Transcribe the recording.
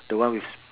the one with